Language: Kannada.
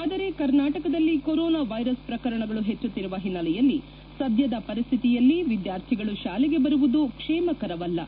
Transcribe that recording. ಆದರೆ ಕರ್ನಾಟಕದಲ್ಲಿ ಕೊರೊನಾ ವೈರಸ್ ಪ್ರಕರಣಗಳು ಹೆಚ್ಚುತ್ತಿರುವ ಹಿನ್ನೆಲೆಯಲ್ಲಿ ಸದ್ದದ ಪರಿಸ್ತಿತಿಯಲ್ಲಿ ವಿದ್ಯಾರ್ಥಿಗಳು ಶಾಲೆಗೆ ಬರುವುದು ಕ್ಷೇಮಕರವಲ್ಲ